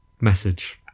message